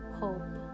hope